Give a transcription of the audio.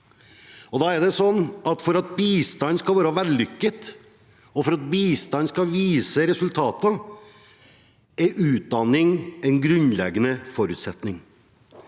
Det er sånn at for at bistand skal være vellykket, og for at bistand skal vise resultater, er utdanning en grunnleggende forutsetning.